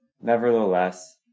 Nevertheless